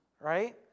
right